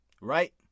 Right